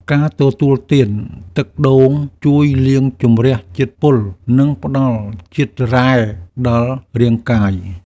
ការទទួលទានទឹកដូងជួយលាងជម្រះជាតិពុល និងផ្តល់ជាតិរ៉ែដល់រាងកាយ។